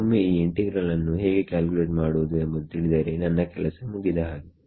ಒಮ್ಮೆ ಈ ಇಂಟಿಗ್ರಲ್ ನ್ನು ಹೇಗೆ ಕ್ಯಾಲ್ಕುಲೇಟ್ ಮಾಡುವುದು ಎಂಬುದು ತಿಳಿದರೆ ನನ್ನ ಕೆಲಸ ಮುಗಿದಹಾಗೆ